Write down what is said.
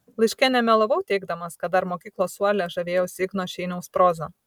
laiške nemelavau teigdamas kad dar mokyklos suole žavėjausi igno šeiniaus proza